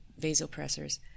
vasopressors